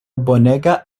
bonega